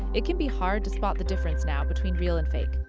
it can be hard to spot the difference now between real and fake.